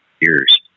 years